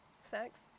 sex